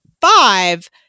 five